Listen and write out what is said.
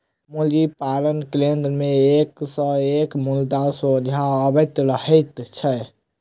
मुर्गी पालन केन्द्र मे एक सॅ एक मुद्दा सोझा अबैत रहैत छै